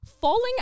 falling